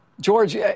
George